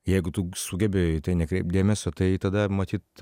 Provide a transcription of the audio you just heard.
jeigu tu sugebi į tai nekreipt dėmesio tai tada matyt